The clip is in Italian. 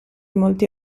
molti